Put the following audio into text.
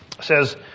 says